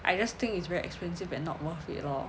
I just think it's very expensive and not worth it lor